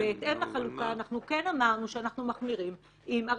בהתאם לחלוקה אמרנו שאנחנו מחמירים עם הרצידיוויסטים,